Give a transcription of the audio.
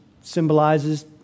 symbolizes